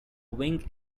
wink